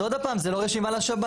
אז עוד פעם, זו לא רשימה לשב"ן.